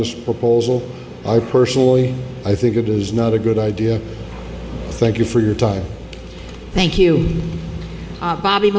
this proposal i personally i think it is not a good idea thank you for your time thank you bobby